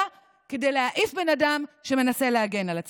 כדי להעיף בן אדם שמנסה להגן על עצמו.